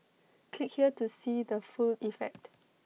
click here to see the full effect